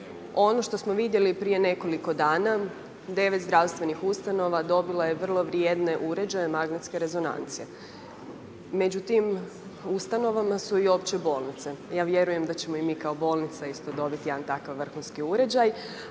Ono što smo vidjeli prije nekoliko dana, 9 zdravstvenih ustanova dobilo je vrlo vrijedne uređaje magnetske rezonance. Među tim ustanovama su i opće bolnice, ja vjerujem da ćemo i mi kao bolnica isto dobit jedan takav vrhunski uređaj.